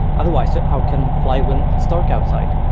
otherwise so how can they fly when it's dark outside?